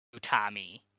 Utami